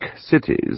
cities